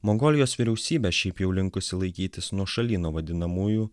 mongolijos vyriausybė šiaip jau linkusi laikytis nuošalyje nuo vadinamųjų